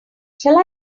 shall